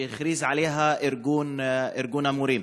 שהכריז עליה ארגון המורים,